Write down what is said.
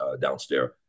downstairs